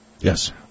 Yes